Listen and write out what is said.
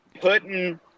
putting